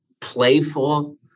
playful